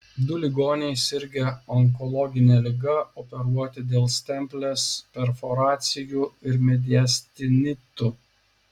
du ligoniai sirgę onkologine liga operuoti dėl stemplės perforacijų ir mediastinitų